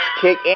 kick